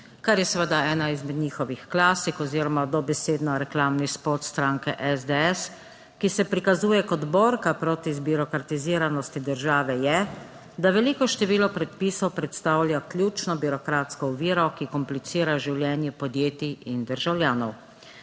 kar je seveda ena izmed njihovih klasik oziroma dobesedno reklamni spot stranke SDS, ki se prikazuje kot borka proti zbirokratiziranosti države, je, da veliko število predpisov predstavlja ključno birokratsko oviro, ki komplicira življenje podjetij in državljanov.